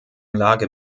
lage